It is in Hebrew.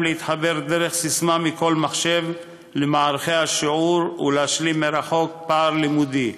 להתחבר דרך ססמה מכל מחשב למערכי השיעור ולהשלים מרחוק פער לימודי.